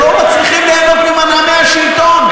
שלא מצליחים ליהנות ממנעמי השלטון.